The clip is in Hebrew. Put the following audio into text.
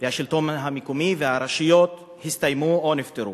והשלטון המקומי, הסתיימו או נפתרו.